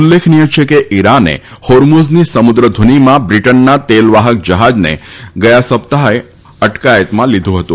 ઉલ્લેખનિય છે કે ઈરાને હોર્મુઝની સમુદ્ર ધુનીમાં બ્રિટનના તેલવાહક જહાજને અટકાયતમાં લીધું હતું